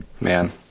Man